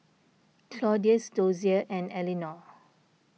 Claudius Dozier and Elinor